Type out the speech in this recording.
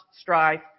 strife